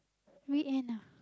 weekend ah